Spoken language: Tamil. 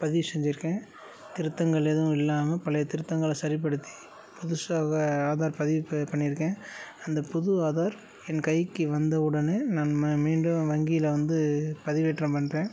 பதிவு செஞ்சுருக்கேன் திருத்தங்கள் எதுவும் இல்லாமல் பழைய திருத்தங்களை சரிப்படுத்தி புதுசாகவே ஆதார் பதிவு இப்போ பண்ணியிருக்கேன் அந்த புது ஆதார் என் கைக்கு வந்த உடனே நான் ம மீண்டும் வங்கியில் வந்து பதிவேற்றம் பண்ணுறேன்